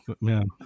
Man